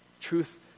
truth